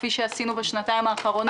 כפי שעשינו בשנתיים האחרונות.